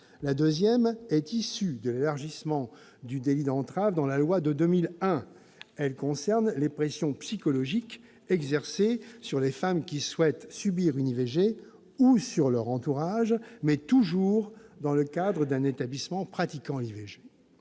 La seconde est issue de l'élargissement du délit d'entrave assuré la loi de 2001 : elle concerne les pressions psychologiques exercées sur les femmes qui souhaitent subir une IVG ou sur leur entourage, mais toujours dans le cadre d'un établissement pratiquant l'IVG.